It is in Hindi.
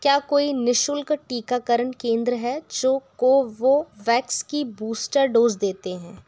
क्या कोई निशुल्क टीकाकरण केंद्र है जो कोवोवैक्स की बूस्टर डोज़ देते हैं